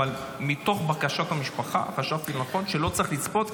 אבל מתוך בקשת המשפחה חשבתי לנכון שלא צריך לצפות,